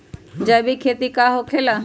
जैविक खेती का होखे ला?